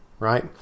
right